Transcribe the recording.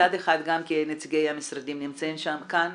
מצד אחד גם כי נציגי המשרדים נמצאים כאן,